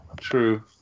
True